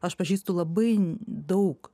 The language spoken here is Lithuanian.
aš pažįstu labai daug